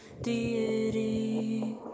deity